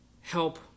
help